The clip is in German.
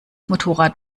motorrad